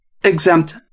exempt